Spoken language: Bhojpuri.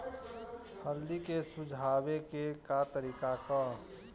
हल्दी के सुखावे के का तरीका ह?